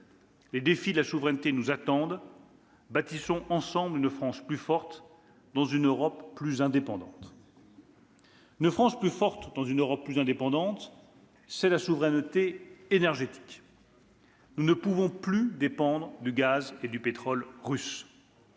Les défis de la souveraineté nous attendent : bâtissons ensemble une France plus forte dans une Europe plus indépendante. « Une France plus forte dans une Europe plus indépendante, c'est la souveraineté énergétique. Nous ne pouvons plus dépendre du gaz et du pétrole russes